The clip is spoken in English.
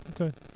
Okay